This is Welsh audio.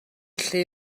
lle